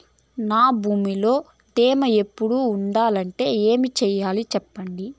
నా భూమిలో తేమ ఎప్పుడు ఉండాలంటే ఏమి సెయ్యాలి చెప్పండి?